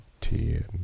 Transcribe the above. Ten